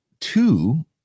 two